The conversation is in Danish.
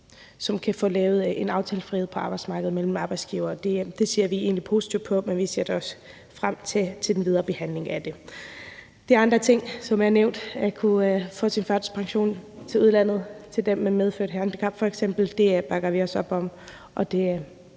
De kan få aftalefrihed på arbejdsmarkedet mellem arbejdsgiverne og dem. Det ser vi egentlig positivt på, og vi ser da også frem til den videre behandling af det. De andre ting, som er nævnt, f.eks. at kunne få sin førtidspension til udlandet for dem med et medfødt handicap, bakker vi også op om